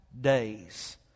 days